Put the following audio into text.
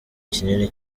kinini